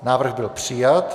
Návrh byl přijat.